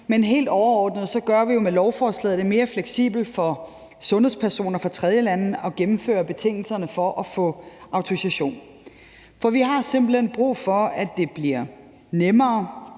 men helt overordnet gør vi det jo med lovforslaget mere fleksibelt for sundhedspersoner fra tredjelande at opfylde betingelserne for at få autorisation. For vi har simpelt hen brug for, at det bliver nemmere